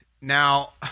Now